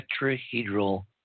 tetrahedral